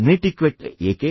netiquette ಏಕೆ